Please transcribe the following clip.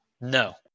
No